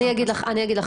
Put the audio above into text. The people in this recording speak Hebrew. אני אגיד לך משהו.